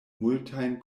multajn